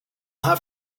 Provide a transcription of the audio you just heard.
have